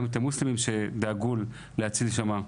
גם את המוסלמים שדאגו להציל שמה.